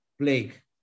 Plague